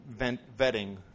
vetting